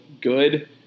good